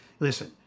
Listen